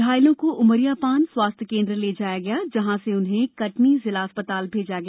घायलों को उमरियापान स्वास्थ केंद्र ले जाया गया जहां से उन्हें कटनी जिला चिकित्सालय भेजा गया